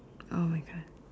!oh-my-God!